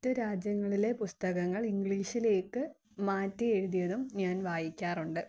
മറ്റു രാജ്യങ്ങളിലെ പുസ്തകങ്ങൾ ഇംഗ്ലീഷിലേക്ക് മാറ്റി എഴുതിയതും ഞാൻ വായിക്കാറുണ്ട്